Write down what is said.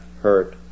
hurt